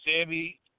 Sammy